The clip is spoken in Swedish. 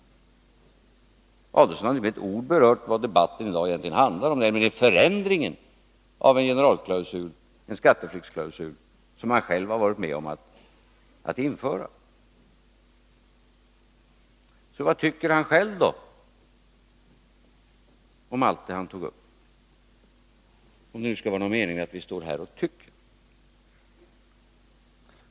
Ulf Adelsohn har inte med ett ord berört vad debatten i dag egentligen handlar om, nämligen en förändring av en skatteflyktsklausul som han själv varit med om att införa. Så vad tycker han själv, då, om allt detta han tog upp —- om det nu skall vara någon mening med att stå här och tycka?